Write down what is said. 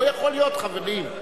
לא יכול להיות, חברים.